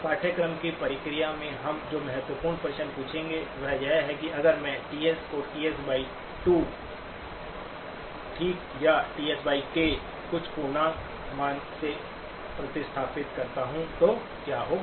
पाठ्यक्रम की प्रक्रिया में हम जो महत्वपूर्ण प्रश्न पूछेंगे वह यह है कि अगर मैं TS को TS 2 ठीक या TS k कुछ पूर्णांक मान से प्रतिस्थापित करता हूं तो क्या होगा